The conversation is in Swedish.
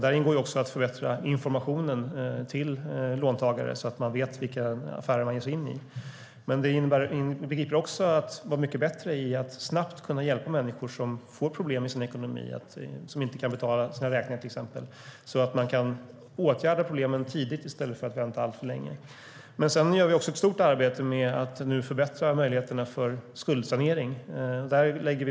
Där ingår att förbättra informationen till låntagare så att de vet vilka affärer de ger sig in i. Men det inbegriper också att vara mycket bättre på att snabbt hjälpa människor som får problem med sin ekonomi, som till exempel inte kan betala sina räkningar. Man ska kunna åtgärda problemen tidigt i stället för att vänta alltför länge. Vi gör också ett stort arbete genom att förbättra möjligheterna till skuldsanering.